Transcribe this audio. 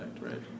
right